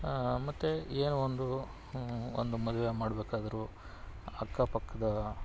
ಮತ್ತೆ ಏನೋ ಒಂದು ಒಂದು ಮದುವೆ ಮಾಡ್ಬೇಕದರೂ ಅಕ್ಕಪಕ್ಕದ